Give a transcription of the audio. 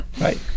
right